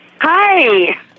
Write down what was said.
Hi